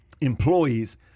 employees